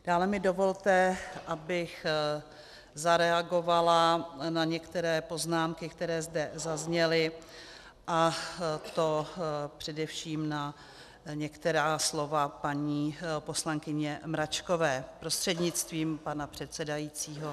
Dále mi dovolte, abych zareagovala na některé poznámky, které zde zazněly, a to především na některá slova paní poslankyně Mračkové, prostřednictvím pana předsedajícího.